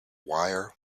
wire